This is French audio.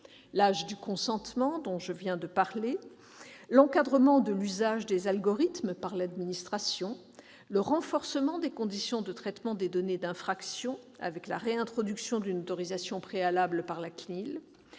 : âge du consentement- je viens de l'évoquer -, encadrement de l'usage des algorithmes par l'administration, renforcement des conditions de traitement des données d'infraction avec la réintroduction d'une autorisation préalable par la CNIL,